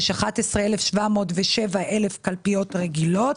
יש 11,707 קלפיות רגילות,